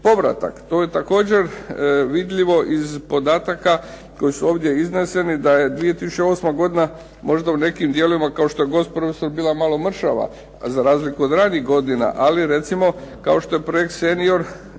To je također vidljivo iz podataka koji su ovdje izneseni da je 2008. godina možda u nekim dijelovima kao što je gospodarska, bila malo mršava za razliku od ostalih godina. Ali recimo kao što je projekt "Senior"